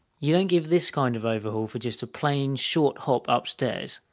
you don't give this kind of overhaul for just a plain, short hop upstairs.